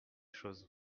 chose